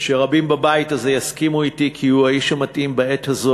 שרבים בבית הזה יסכימו אתי כי הוא האיש המתאים בעת הזאת